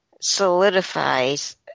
solidifies